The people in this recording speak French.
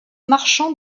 marchand